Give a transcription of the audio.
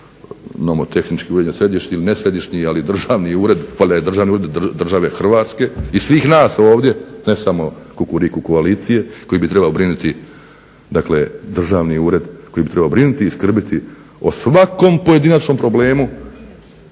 ali državni ured države Hrvatske i svih nas ovdje ne samo Kukuriku koalicije koji bi trebao brinuti i skrbiti o svakom pojedinačnom problemu